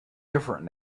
different